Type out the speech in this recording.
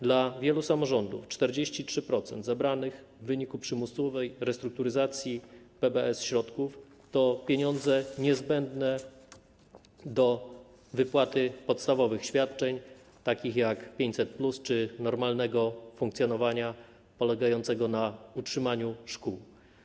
Dla wielu samorządów 43% zabranych w wyniku przymusowej restrukturyzacji PBS środków to pieniądze niezbędne do wypłaty podstawowych świadczeń takich jak 500+ czy normalnego funkcjonowania polegającego na utrzymaniu szkół.